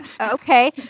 Okay